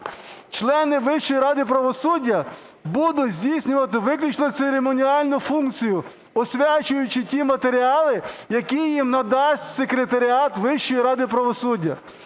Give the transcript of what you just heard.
Члени Вищої ради правосуддя будуть здійснювати виключно церемоніальну функцію, освячуючи ті матеріали, які їм надасть секретаріат Вищої ради правосуддя.